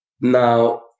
Now